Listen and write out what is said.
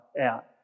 out